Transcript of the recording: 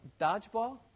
dodgeball